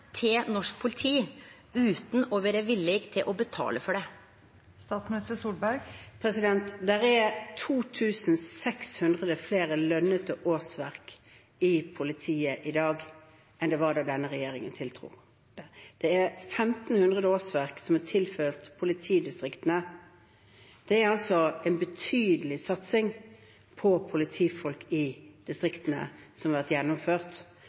til norsk politi utan å vera villig til å betale for det. Det er 2 600 flere lønnede årsverk i politiet i dag enn det var da denne regjeringen tiltrådte. Det er 1 500 årsverk som er tilført politidistriktene. Det er altså en betydelig satsing på politifolk i distriktene som har vært gjennomført.